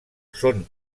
són